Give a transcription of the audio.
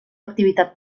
activitat